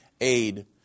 aid